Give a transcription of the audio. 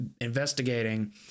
investigating